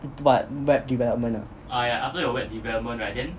what web development ah